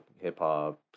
hip-hop